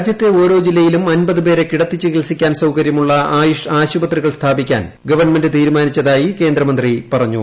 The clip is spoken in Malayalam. രാജ്യത്തെ ഓരോ ജില്ലയിലും അമ്പത് പേരെ കിടത്തി ചികിത്സിക്കാൻ സൌകര്യമുള്ള ആയുഷ് ആശുപത്രികൾ സ്ഥാപിക്കാൻ ഗവൺമെന്റ് തീരുമാനിച്ചതായി കേന്ദ്രമന്ത്രി പറഞ്ഞു